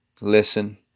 listen